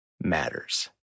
matters